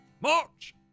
march